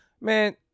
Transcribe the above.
man